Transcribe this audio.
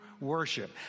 worship